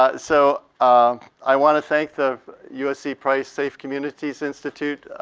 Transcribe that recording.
ah so i want to thank the usc price safe communities institute